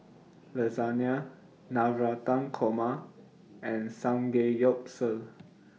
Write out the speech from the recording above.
Lasagna Navratan Korma and Samgeyopsal